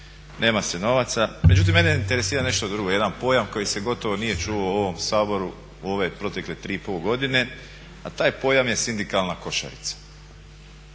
nema se novaca. Međutim mene interesira nešto drugo, jedan pojam koji se gotovo nije čuo u ovom Saboru u ove protekle 3,5 godine, a taj pojam je sindikalna košarica.